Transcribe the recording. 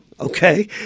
okay